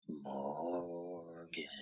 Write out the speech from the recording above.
Morgan